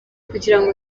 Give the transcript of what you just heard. kugirango